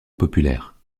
populaire